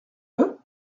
peu